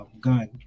gun